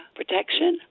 protection